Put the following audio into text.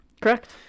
Correct